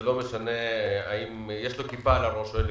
ולא משנה האם יש לו כיפה על הראש או לא,